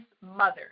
mother